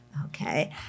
Okay